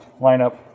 lineup